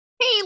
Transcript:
Hey